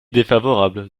défavorable